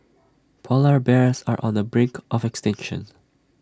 Polar Bears are on the brink of extinction